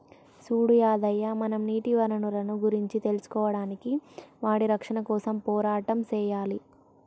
సూడు యాదయ్య మనం నీటి వనరులను గురించి తెలుసుకోడానికి వాటి రక్షణ కోసం పోరాటం సెయ్యాలి